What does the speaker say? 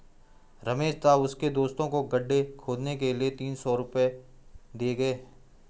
रमेश तथा उसके दोस्तों को गड्ढे खोदने के लिए तीन सौ रूपये दिए गए